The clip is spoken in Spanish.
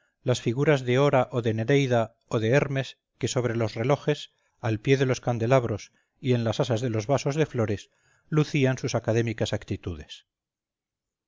las figuras de hora o de nereida o de hermes que sobre los relojes al pie de los candelabros y en las asas de los vasos de flores lucían sus académicas actitudes